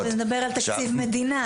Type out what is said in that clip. פה אתה מדבר על תקציב מדינה.